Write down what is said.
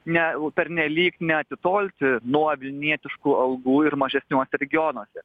ne pernelyg neatitolti nuo vilnietiškų algų ir mažesniuose regionuose